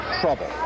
trouble